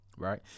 Right